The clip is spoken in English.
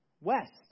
west